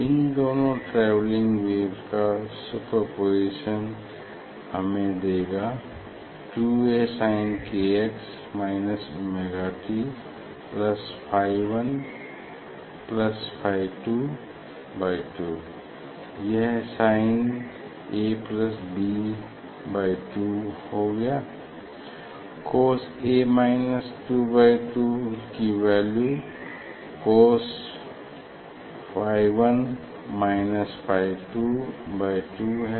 इन दोनों travelling waves का superposition हमें देगा 2 A sin k x minus omega t plus phi 1 plus phi 2 by 2 तो यह sin A B2 हो गया cos 2 की value cos phi 1 minus phi 2 2 है